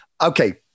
okay